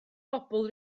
bobl